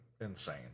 insane